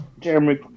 Jeremy